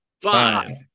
five